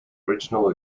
original